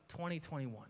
2021